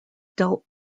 dealt